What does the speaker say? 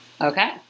Okay